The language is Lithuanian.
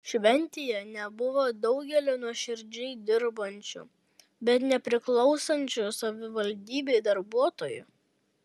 šventėje nebuvo daugelio nuoširdžiai dirbančių bet nepriklausančių savivaldybei darbuotojų